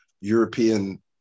European